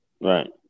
Right